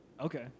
Okay